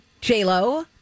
J-Lo